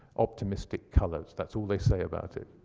optimistic colors. that's all they say about it.